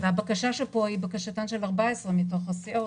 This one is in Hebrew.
הבקשה פה היא של 14 מתוך הסיעות,